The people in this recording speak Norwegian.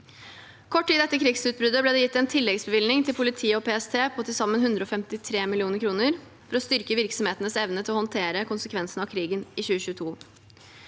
Kort tid etter krigsutbruddet ble det gitt en tilleggsbevilgning til politiet og PST på til sammen 153 mill. kr for å styrke virksomhetenes evne til å håndtere konsekvensene av krigen i 2022.